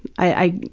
i,